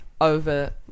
over